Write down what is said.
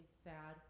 sad